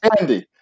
Andy